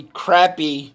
crappy